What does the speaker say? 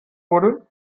wurde